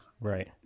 Right